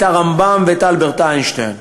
את הרמב"ם ואת אלברט איינשטיין,